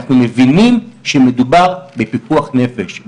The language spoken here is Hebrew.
אנחנו מבינים שמדובר בפיקוח נפש,